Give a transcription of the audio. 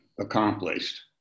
accomplished